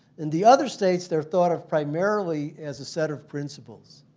and the other states, they are thought of primarily as a set of principles.